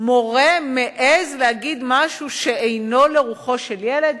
מורה מעז להגיד משהו שאינו לרוחו של ילד,